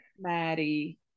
Maddie